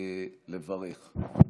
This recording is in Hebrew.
לברך.